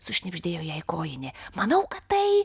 sušnibždėjo jai kojinė manau kad tai